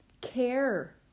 care